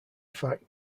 fact